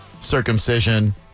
circumcision